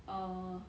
err